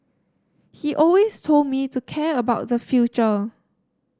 he always told me to care about the future